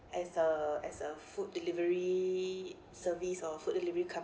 as a as a food delivery service or food delivery company